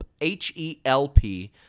H-E-L-P